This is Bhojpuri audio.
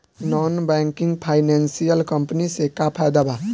नॉन बैंकिंग फाइनेंशियल कम्पनी से का फायदा बा?